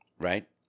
right